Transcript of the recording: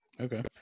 Okay